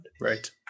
right